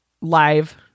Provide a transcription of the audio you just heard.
live